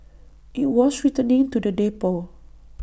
IT was returning to the depot